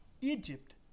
Egypt